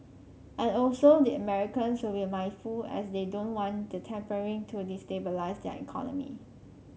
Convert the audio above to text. and also the Americans will mindful as they don't want the tapering to destabilise their economy